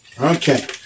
Okay